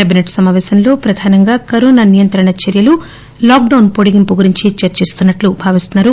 cabinet సమాపేశంలో ప్రధానంగా corona నియంత్రణ చర్యలు లాక్లౌన్ పొడిగింపు గురించి చర్చిస్తారని భావిస్తున్నారు